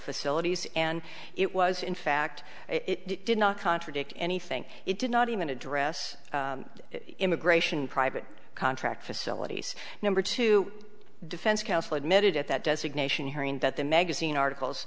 facilities and it was in fact it did not contradict anything it did not even address immigration private contract facilities number two defense counsel admitted at that designation hearing that the magazine articles